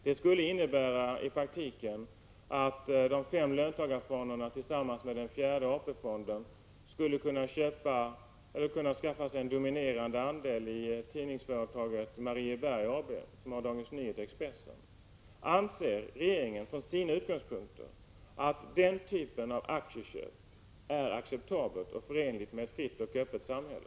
Det skulle i praktiken innebära att de fem löntagarfonderna tillsammans med fjärde AP-fonden skulle kunna skaffa sig en dominerande andel av företaget Tidnings AB Marieberg, som har hand om Dagens Nyheter och Expressen. Anser regeringen från sina utgångspunkter att den typen av aktieköp är acceptabelt och förenligt med ett fritt och öppet samhälle?